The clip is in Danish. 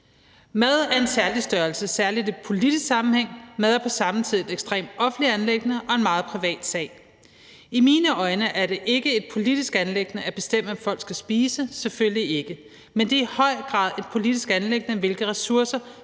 Mad er en særlig størrelse, særlig i en politisk sammenhæng. Mad er på samme tid et ekstremt offentligt anliggende og en meget privat sag. I mine øjne er det ikke et politisk anliggende at bestemme, hvad folk skal spise – selvfølgelig ikke – men det er i høj grad et politisk anliggende, hvilke ressourcer